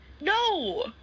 No